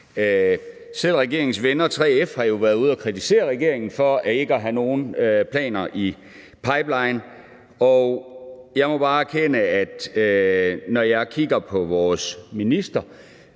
Selv regeringens venner, 3F, har jo været ude at kritisere regeringen for ikke at have nogen planer i pipelinen, og jeg må bare erkende, at når jeg kigger på vores minister,